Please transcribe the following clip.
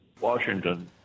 Washington